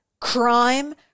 crime